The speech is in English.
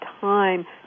time